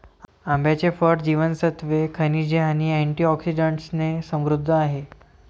आंब्याचे फळ जीवनसत्त्वे, खनिजे आणि अँटिऑक्सिडंट्सने समृद्ध आहे